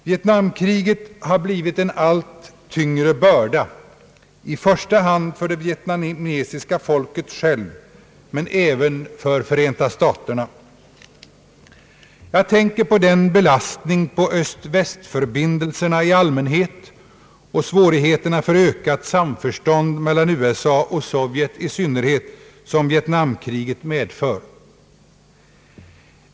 Vietnamkriget har blivit en allt tyngre börda, i första hand för det vietnamesiska folket självt men även för Förenta staterna. Jag tänker på den belastning på öst—väst-förbindelserna i allmänhet och de svårigheter för ökat samförstånd mellan USA och Sovjet i synnerhet som vietnamkriget medför.